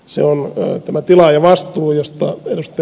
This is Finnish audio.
se on tämä tilaajavastuu josta ed